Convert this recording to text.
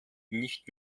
nicht